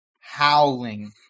howling